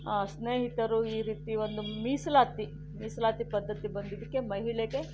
ಸ್ನೇಹಿತರು ಈ ರೀತಿ ಒಂದು ಮೀಸಲಾತಿ ಮೀಸಲಾತಿ ಪದ್ಧತಿ ಬಂದಿದ್ದಕ್ಕೆ ಮಹಿಳೆಗೆ